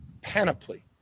panoply